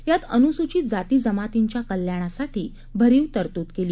यात अनुसूचित जाती जमातींच्या कल्याणासाठी भरीव तरतूद केली